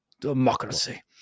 democracy